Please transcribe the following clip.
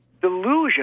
delusion